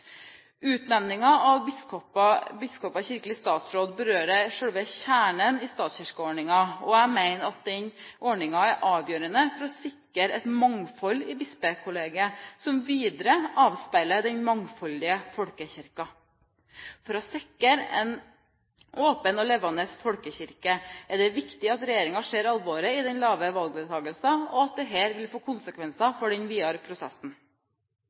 kirke. Utnevning av biskoper i kirkelig statsråd berører selve kjernen i statskirkeordningen, og jeg mener at den ordningen er avgjørende for å sikre et mangfold i bispekollegiet, som videre avspeiler den mangfoldige folkekirken. For å sikre en åpen og levende folkekirke er det viktig at regjeringen ser alvoret i den lave valgdeltagelsen, og at dette vil få konsekvenser for den videre prosessen.